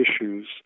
issues